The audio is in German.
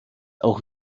auch